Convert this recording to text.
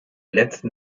letzten